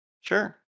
Sure